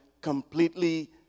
completely